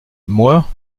moi